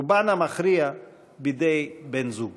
רובן המכריע בידי בן-הזוג.